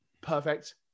perfect